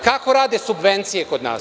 Kako rade subvencije kod nas?